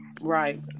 Right